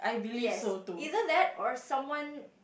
yes either that or someone